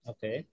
Okay